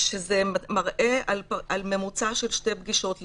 זה מראה על ממוצע של שתי פגישות לתיק.